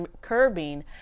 curbing